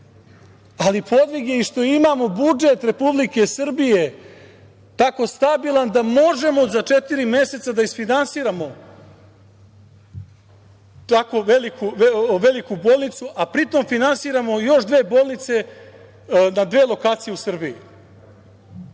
ali podvig je i što imamo budžet Republike Srbije tako stabilan da možemo da za četiri meseca isfinansiramo tako veliku bolnicu, a pritom finansiramo još dve bolnice na dve lokacije u Srbiji. Mi